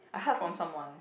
I heard from someone